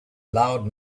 loud